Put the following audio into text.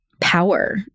power